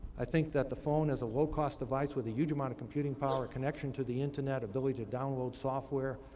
i think that the phone as a low-cost device with a huge amount of computing power, connection to the internet, ability to download software,